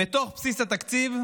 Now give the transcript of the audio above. לתוך בסיס התקציב,